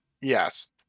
Yes